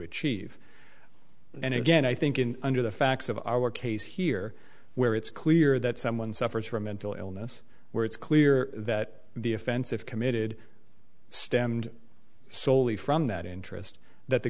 achieve and again i think in under the facts of our case here where it's clear that someone suffers from mental illness where it's clear that the offensive committed stemmed solely from that interest that the